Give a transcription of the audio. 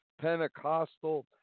Pentecostal